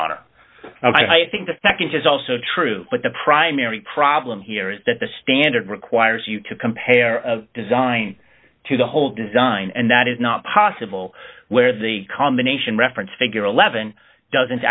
the nd is also true but the primary problem here is that the standard requires you to compare of design to the whole design and that is not possible where the combination reference figure eleven doesn't